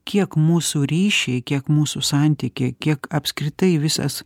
kiek mūsų ryšiai kiek mūsų santykiai kiek apskritai visas